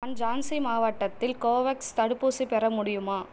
நான் ஜான்சி மாவட்டத்தில் கோவக்ஸ் தடுப்பூசி பெற முடியுமா